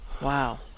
Wow